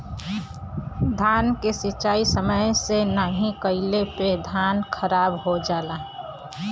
धान के सिंचाई समय से नाहीं कइले पे धान खराब हो जाला